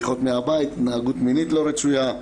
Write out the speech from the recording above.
בריחות מהבית, התנהגות מינית לא רצויה.